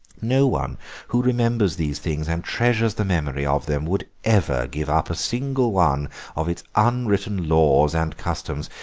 no one who remembers these things and treasures the memory of them would ever give up a single one of its unwritten laws and customs.